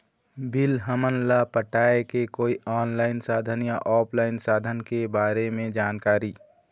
Bill हमन ला पटाए के कोई ऑनलाइन साधन या ऑफलाइन साधन के बारे मे जानकारी?